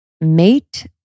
Mate